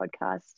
Podcast